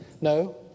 No